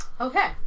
Okay